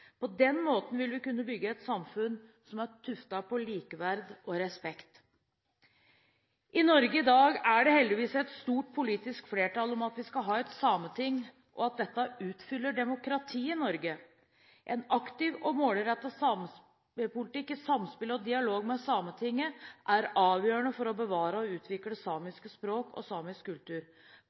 På den måten vil vi kunne bygge et samfunn som er tuftet på likeverd og respekt. I Norge i dag er det heldigvis et stort politisk flertall som mener at vi skal ha et sameting, og at dette utfyller demokratiet i Norge. En aktiv og målrettet samepolitikk i samspill og dialog med Sametinget er avgjørende for å bevare og utvikle samiske språk og samisk kultur.